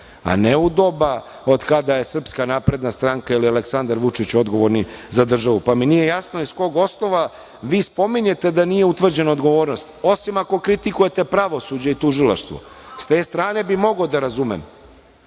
a ne u doba od kada je SNS ili Aleksandar Vučić odgovorni za državu. Pa mi nije jasno iz kog osnova vi spominjete da nije utvrđena odgovornost, osim ako kritikujete pravosuđe i tužilaštvo? S te strane bih mogao da razumem,